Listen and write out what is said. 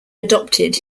adopted